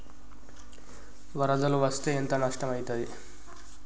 వరదలు వస్తే ఎంత నష్టం ఐతది?